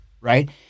Right